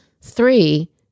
Three